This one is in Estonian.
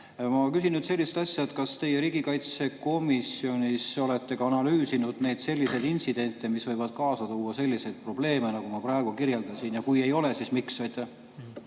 Ma küsin sellist asja. Kas teie riigikaitsekomisjonis olete analüüsinud selliseid intsidente, mis võivad kaasa tuua selliseid probleeme, nagu ma praegu kirjeldasin? Ja kui ei ole, siis miks?